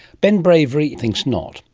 ben bravery thinks not.